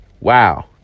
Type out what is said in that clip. wow